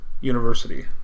University